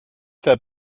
der